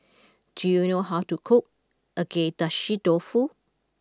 do you know how to cook Agedashi Dofu